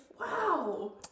wow